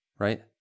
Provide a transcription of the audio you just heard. Right